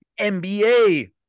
NBA